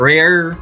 Rare